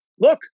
look